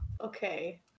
okay